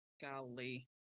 Golly